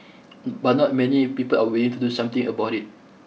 but not many people are willing to do something about it